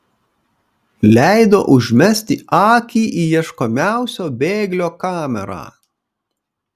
leido užmesti akį į ieškomiausio bėglio kamerą